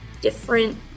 different